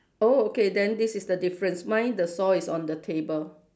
oh okay then this is the difference mine the saw is on the table